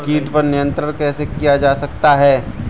कीट पर नियंत्रण कैसे किया जा सकता है?